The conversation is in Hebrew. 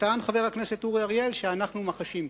וטען חבר הכנסת אורי אריאל שאנחנו מחשים.